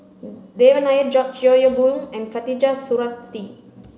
Devan Nair George Yeo Yong Boon and Khatijah Surattee